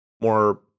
more